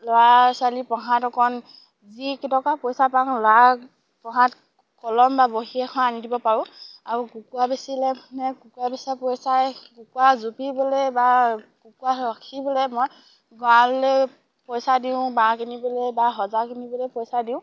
ল'ৰা ছোৱালী পঢ়াত অকণ যিকেইটকা পইচা পাওঁ ল'ৰাক পঢ়াত কলম বা বহী এখন আনি দিব পাৰোঁ আৰু কুকুৰা বেচিলে মানে কুকুৰা বেচা পইচাই কুকুৰা জুপিবলৈ বা কুকুৰাক ৰখিবলৈ মই গাঁৱলৈ পইচা দিওঁ বাঁহ কিনিবলৈ বা সঁজা কিনিবলৈ পইচা দিওঁ